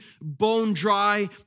bone-dry